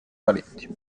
valenti